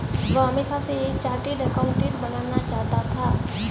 वह हमेशा से एक चार्टर्ड एकाउंटेंट बनना चाहता था